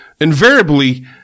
invariably